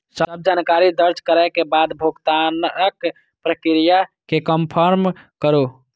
सब जानकारी दर्ज करै के बाद भुगतानक प्रक्रिया कें कंफर्म करू